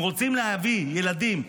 אם רוצים להביא ילדים וילדות,